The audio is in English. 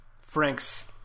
Frank's